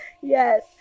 Yes